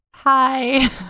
hi